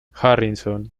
harrison